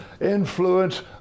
influence